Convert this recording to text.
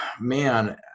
man